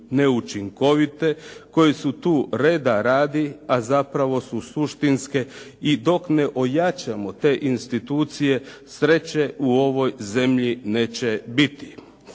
neučinkovite, koje su tu reda radi, a zapravo su suštinske i dok ne ojačamo te institucije, sreće u ovoj zemlji neće biti.